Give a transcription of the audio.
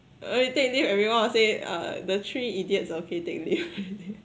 uh you take leave everyone will say uh the three idiots okay take leave already